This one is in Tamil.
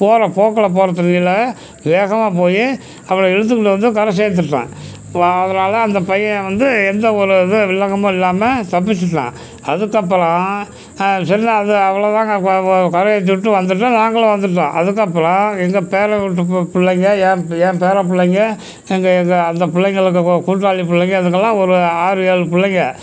போகிற போக்கில் போகிற தண்ணியில் வேகமாக போய் அவனை இழுத்துக்கிட்டு வந்து கரை சேர்த்திட்டேன் வ அதனால் அந்த பையன் வந்து எந்த ஒரு இது வில்லங்கமும் இல்லாமல் தப்பிச்சுட்டான் அதுக்கப்புறம் செல்லு அது அவ்வளோதாங்க கரை ஏற்றி விட்டு வந்துவிட்டோம் நாங்களும் வந்துவிட்டோம் அதுக்கப்புறம் எங்கள் பேரன் வீட்டு பு பிள்ளைங்க என் என் பேரப்பிள்ளைங்க எங்கள் எங்கள் அந்த பிள்ளைங்களுக்கு கூ கூட்டாளி பிள்ளைங்க அதுங்கெல்லாம் ஒரு ஆறு ஏழு பிள்ளைங்க